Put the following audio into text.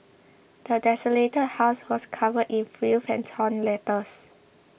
the desolated house was covered in filth and torn letters